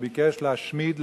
שביקש להשמיד,